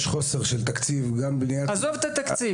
יש מחסור בתקציב -- עזוב את התקציב